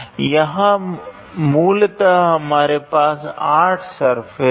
यहाँ मूलतः हमारे पास 8 सर्फेस है